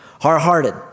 Hard-hearted